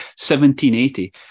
1780